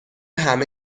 همه